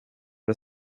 det